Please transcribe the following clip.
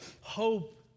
hope